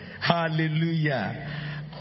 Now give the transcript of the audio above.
Hallelujah